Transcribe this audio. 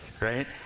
Right